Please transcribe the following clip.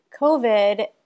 COVID